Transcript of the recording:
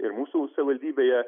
ir mūsų savivaldybėje